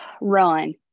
Run